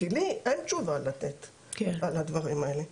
כי לי אין תשובה לתת על הדברים האלה.